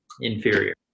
inferior